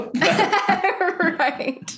Right